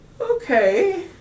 Okay